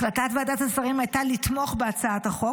החלטת ועדת השרים הייתה לתמוך בהצעת החוק